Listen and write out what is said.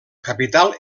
capital